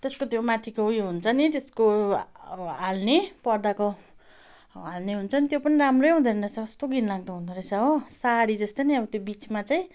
त्यसको त्यो माथिको उयो हुन्छ नि त्यसको हाल्ने पर्दाको हाल्ने हुन्छ नि त्यो पनि राम्रै हुँदैन रहेछ कस्तो घिनलाग्दो हुँदोरहेछ हो साडी जस्तै नि अब त्यो बिचमा चाहिँ